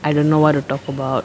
I don't know what to talk about